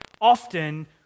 often